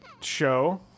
show